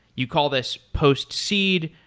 you call this post-seed.